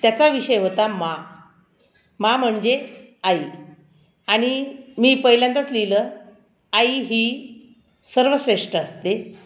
त्याचा विषय होता माँ माँ म्हणजे आई आणि मी पहिल्यांदाच लिहिलं आई ही सर्वश्रेष्ठ असते